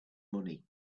money